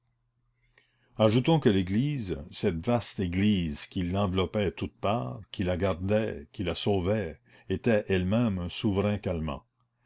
ajoutons que l'église cette vaste église qui l'enveloppait toutes parts qui la gardait qui la sauvait était elle-même un souverain calmant